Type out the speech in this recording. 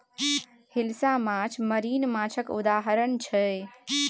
हिलसा माछ मरीन माछक उदाहरण छै